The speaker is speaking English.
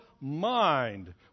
mind